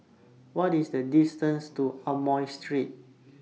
What IS The distance to Amoy Street